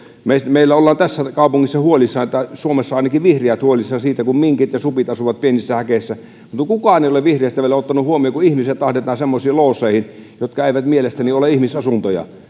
meillä ollaan tässä kaupungissa huolissaan tai suomessa ainakin vihreät ovat huolissaan siitä kun minkit ja supit asuvat pienissä häkeissä mutta kukaan vihreistä ei ole vielä ottanut huomioon sitä että ihmiset ahdetaan semmoisiin looseihin jotka eivät mielestäni ole ihmisasuntoja